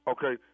Okay